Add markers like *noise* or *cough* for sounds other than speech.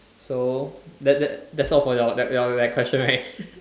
so that that that's all for your that your that question *laughs* right